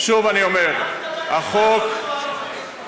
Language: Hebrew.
אל תדבר בשמם של הערבים,